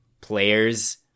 players